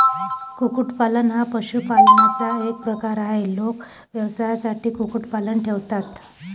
कुक्कुटपालन हा पशुपालनाचा एक प्रकार आहे, लोक व्यवसायासाठी कुक्कुटपालन ठेवतात